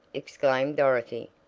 exclaimed dorothy.